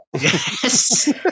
Yes